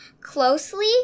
closely